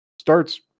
starts